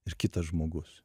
ir kitas žmogus